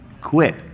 Quit